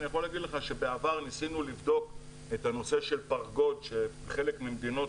אני יכול להגיד לך שבעבר ניסינו לבדוק את הנושא של פרגוד שבחלק ממדינות